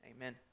Amen